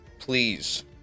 Please